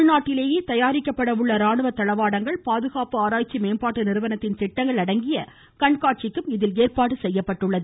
உள்நாட்டிலேயே தயாரிக்கப்பட உள்ள ராணுவத்தளவாடங்கள் பாதுகாப்பு ஆராய்ச்சி மேம்பாட்டு நிறுவனத்தின் திட்டங்கள் அடங்கிய கண்காட்சிக்கும் ஏற்பாடு செய்யப்பட்டுள்ளது